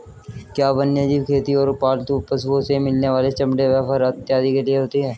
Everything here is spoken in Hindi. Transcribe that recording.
क्या वन्यजीव खेती गैर पालतू पशुओं से मिलने वाले चमड़े व फर इत्यादि के लिए होती हैं?